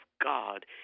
God